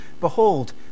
Behold